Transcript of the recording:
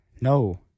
No